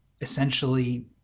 essentially